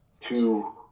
two